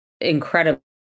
incredible